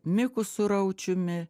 miku suraučiumi